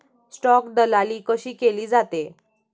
Stock दलाली कशी केली जाते?